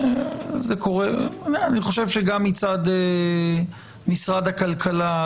אני חושב שגם מצד משרד הכלכלה,